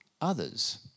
others